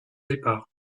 départ